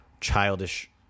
childish